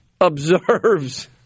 observes